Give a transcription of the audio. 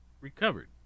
recovered